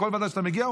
לכל ועדה שאתה מגיע,